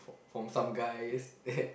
from some guys that